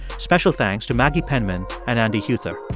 special thanks to maggie penman and andy huether.